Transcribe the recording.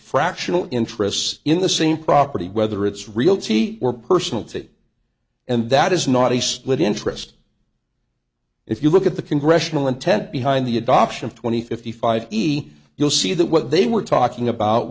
fractional interests in the same property whether it's realty or personal tit and that is not a split interest if you look at the congressional intent behind the adoption twenty fifty five easy you'll see that what they were talking about